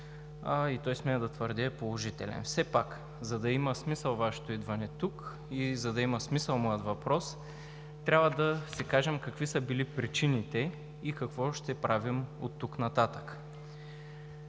и той – смея да твърдя – е положителен. Все пак, за да има смисъл Вашето идване тук и за да има смисъл моят въпрос, трябва да си кажем какви са били причините и какво ще правим оттук нататък.